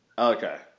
Okay